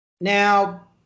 Now